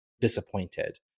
disappointed